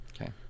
Okay